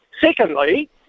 Secondly